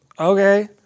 okay